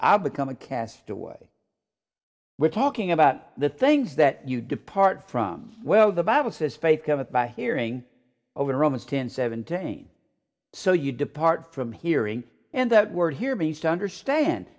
i'll become a castaway we're talking about the things that you depart from well the bible says faith cometh by hearing over romans ten seventeen so you depart from hearing and that word here means to understand